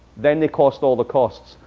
then they cost all the costs,